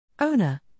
Owner